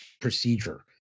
procedure